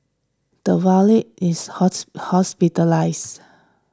the valet is hospitalised